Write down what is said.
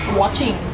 watching